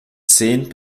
zehn